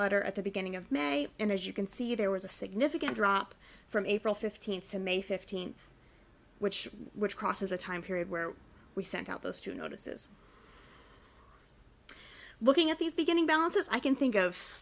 letter at the beginning of may and as you can see there was a significant drop from april fifteenth to may fifteenth which which crosses the time period where we sent out those two notices looking at these beginning balances i can think of